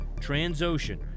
Transocean